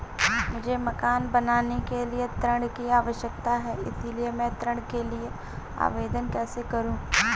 मुझे मकान बनाने के लिए ऋण की आवश्यकता है इसलिए मैं ऋण के लिए आवेदन कैसे करूं?